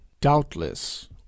Doubtless